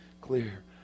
clear